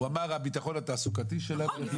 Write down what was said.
הוא אמר: "הביטחון התעסוקתי שלהם ייפגע".